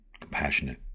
compassionate